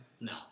no